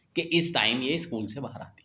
کہ اس ٹائم یہ اسکول سے باہر آتی ہے